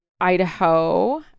Idaho